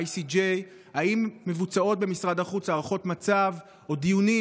ICJ. האם נערכים במשרד החוץ הערכות מצב או דיונים